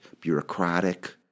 bureaucratic